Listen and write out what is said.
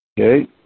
Okay